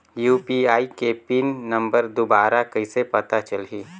UPI के PIN number दुबारा कइसे पता चलही?